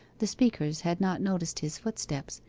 the speakers had not noticed his footsteps,